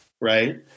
right